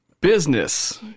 business